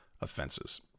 offenses